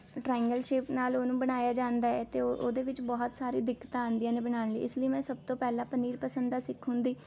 triangle shape ਨਾਲ ਉਹਨੂੰ ਬਣਾਇਆ ਜਾਂਦਾ ਹੈ ਅਤੇ ਉਹਦੇ ਵਿੱਚ ਬਹੁਤ ਸਾਰੇ ਦਿੱਕਤਾਂ ਆਉਂਦੀਆਂ ਨੇ ਬਣਾਉਣ ਲਈ ਇਸ ਲਈ ਮੈਂ ਸਭ ਤੋਂ ਪਹਿਲਾਂ ਪਨੀਰ ਪਸੰਦਾ ਸਿੱਖਾਂਗੀ